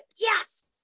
yes